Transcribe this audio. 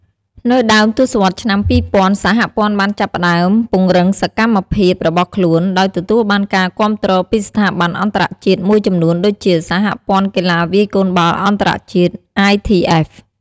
នៅដើមទសវត្សរ៍ឆ្នាំ ២០០០ សហព័ន្ធបានចាប់ផ្តើមពង្រឹងសកម្មភាពរបស់ខ្លួន ដោយទទួលបានការគាំទ្រពីស្ថាប័នអន្តរជាតិមួយចំនួនដូចជា សហព័ន្ធកីឡាវាយកូនបាល់អន្តរជាតិ ITF។